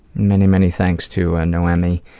many, many thanks to and noemi,